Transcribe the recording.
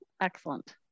Excellent